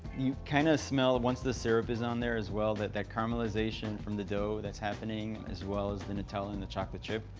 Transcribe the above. you kind of smell, once the syrup is on there as well, that that caramelization from the dough that's happening, as well as the nutella and the chocolate chip.